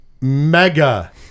mega